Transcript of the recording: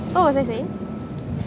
what was I saying